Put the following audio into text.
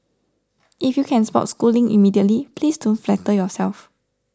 if you can spot schooling immediately please don't flatter yourself